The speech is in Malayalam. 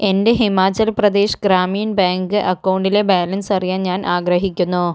എൻ്റെ ഹിമാചൽ പ്രദേശ് ഗ്രാമീൺ ബാങ്ക് അക്കൗണ്ടിലെ ബാലൻസ് അറിയാൻ ഞാൻ ആഗ്രഹിക്കുന്നു